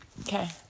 Okay